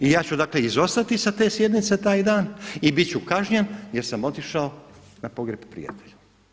I ja ću dakle izostati sa te sjednice taj dan i biti ću kažnjen jer sam otišao na pogreb prijatelju.